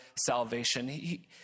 salvation